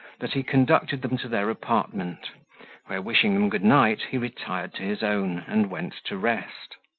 that he conducted them to their apartment where, wishing them good night, he retired to his own, and went to rest.